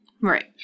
Right